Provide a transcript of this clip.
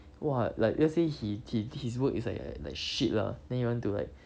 !wah! like let's say he he his work is like like shit lah then you want to like